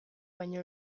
baino